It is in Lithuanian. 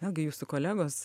vėlgi jūsų kolegos